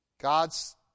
God's